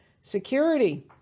security